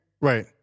Right